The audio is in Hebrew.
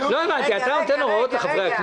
אז תבטל את חוק המרכולים.